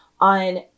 on